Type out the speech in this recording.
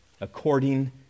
According